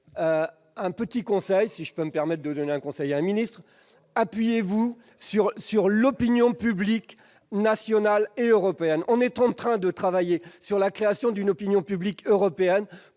européenne. Si je puis me permettre de donner un conseil à un ministre, appuyez-vous sur l'opinion publique nationale et européenne. On est en train de travailler à la création d'une opinion publique européenne